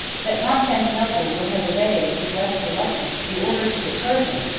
that constantinople would have obeyed, with less reluctance, the orders of the persian,